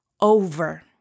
over